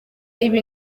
ibi